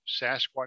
Sasquatch